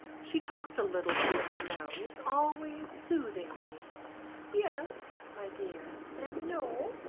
she talked a little through her nose, always soothingly yes, my dear, and no,